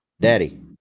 Daddy